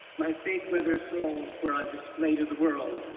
my fake leather soles were on display to the world,